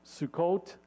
Sukkot